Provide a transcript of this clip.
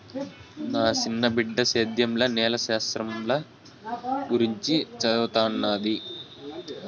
నా సిన్న బిడ్డ సేద్యంల నేల శాస్త్రంల గురించి చదవతన్నాది